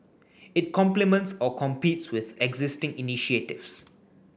it complements or competes with existing initiatives